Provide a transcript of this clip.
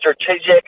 strategic